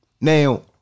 Now